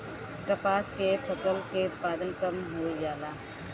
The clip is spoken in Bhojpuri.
कपास के फसल के उत्पादन कम होइ जाला?